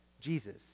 Jesus